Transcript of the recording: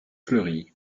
fleury